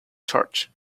church